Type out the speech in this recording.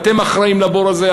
ואתם אחראים לבור הזה,